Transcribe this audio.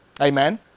Amen